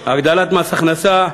הגדלת מס הכנסה,